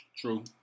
True